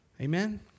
Amen